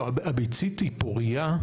לא, הביצית היא פורייה?